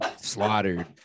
slaughtered